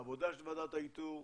עבודה של ועדת האיתור.